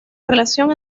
relación